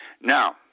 Now